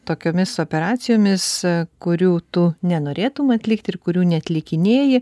tokiomis operacijomis kurių tu nenorėtum atlikti ir kurių neatlikinėji